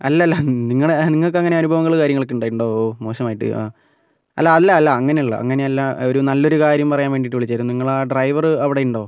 അല്ല അല്ല നിങ്ങടെ നിങ്ങൾക്ക് അങ്ങനെ അനുഭവങ്ങൾ കാര്യങ്ങൾ ഒക്കെ ഉണ്ടായിട്ടുണ്ടോ ഓ മോശമായിട്ട് അല്ല അല്ല അങ്ങനെ അല്ല ഒരു നല്ലൊരു കാര്യം പറയാൻ വേണ്ടിയിട്ട് വിളിച്ചതായിരുന്നു നിങ്ങളുടെ ഡ്രൈവർ അവിടെ ഉണ്ടോ